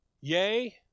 Yea